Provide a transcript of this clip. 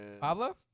Pablo